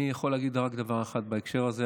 אני יכול להגיד רק דבר אחד בהקשר הזה,